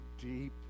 deep